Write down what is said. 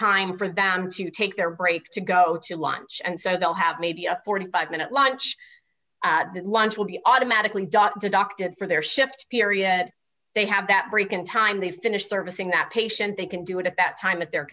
time for them to take their break to go to lunch and so they'll have maybe a forty five minute lunch at that lunch will be automatically dot deducted for their shift period that they have that break in time they finish servicing that patient they can do it at that time at the